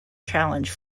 challenge